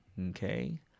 okay